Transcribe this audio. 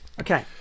Okay